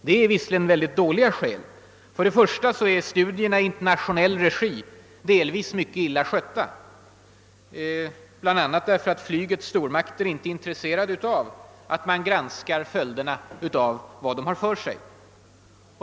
Det är dåliga skäl. För det första är studierna i internationell regi delvis illa skötta bl.a. därför att flygets stormakter inte är intresserade av att man granskar följderna av vad de har för sig.